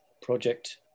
project